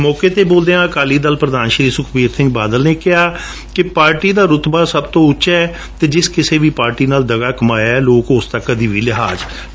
ਮੌਕੇ ਤੇ ਬੋਲਦਿਆਂ ਅਕਾਲੀ ਦਲ ਪ੍ਰਧਾਨ ਸ੍ਸੀ ਸੁਖਬੀਰ ਸਿੰਘ ਬਾਦਲ ਨੇ ਕਿਹਾ ਕਿ ਪਾਰਟੀ ਦਾ ਰੁਤਬਾ ਸਭ ਤੋਂ ਉਂਚਾ ਹੈ ਅਤੇ ਜਿਸ ਕਿਸੇ ਵੀ ਪਾਰਟੀ ਨਾਲ ਦਗਾ ਕਮਾਇਐ ਲੋਕ ਉਸ ਦਾ ਕੋਈ ਵੀ ਲਿਹਾਜ ਨਹੀ ਕਰਣਗੇ